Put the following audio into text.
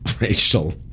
Racial